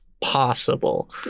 possible